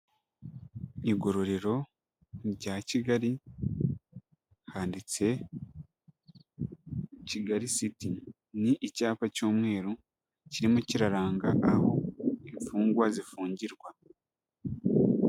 Igororero rya kigali handitse kigali city ni icyapa cy'umweru kirimo kiraranga aho imfungwa zifungirwa.